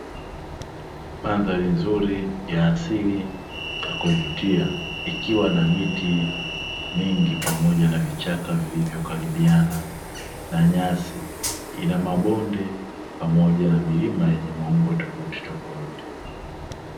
Mandhari nzuri ya asili ya kuvutia ikiwa na miti mingi pamoja na vichaka vilivyokaribiana na nyasi, ina mabonde pamoja na milima yenye maumbo tofautitofauti.